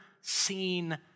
seen